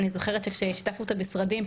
אני זוכרת שכששיתפנו את המשרדים,